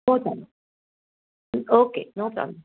हो चालेल okay no problem